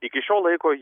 iki šio laiko